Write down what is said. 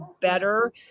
better